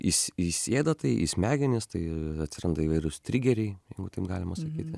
įs įsėda tai į smegenis tai atsiranda įvairūs trigeriai jeigu taip galima sakyti